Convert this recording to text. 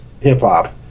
hip-hop